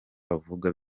bavuga